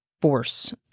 force